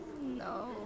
No